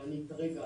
אני כרגע